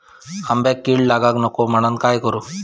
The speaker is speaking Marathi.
आंब्यक कीड लागाक नको म्हनान काय करू?